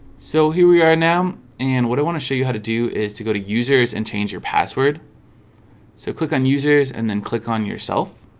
so here we are now and what i want to show you how to do is to go to users and change your password so click on users and then click on yourself